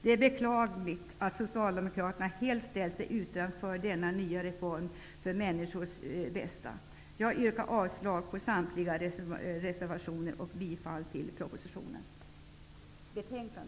Det är beklagligt att Socialdemokraterna helt ställt sig utanför denna nya reform för människors bästa. Jag yrkar avslag på samtliga reservationer och bifall till utskottets hemställan.